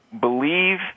believe